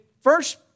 first